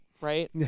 right